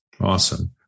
Awesome